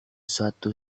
suatu